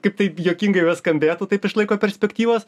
kaip tai juokingai beskambėtų taip iš laiko perspektyvos